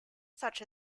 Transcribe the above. such